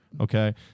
Okay